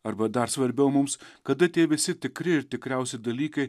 arba dar svarbiau mums kada tie visi tikri ir tikriausi dalykai